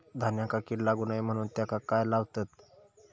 धान्यांका कीड लागू नये म्हणून त्याका काय लावतत?